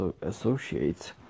associates